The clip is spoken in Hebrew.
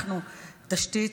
הנחנו תשתית,